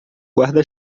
guarda